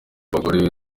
abagore